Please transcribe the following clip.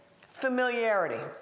familiarity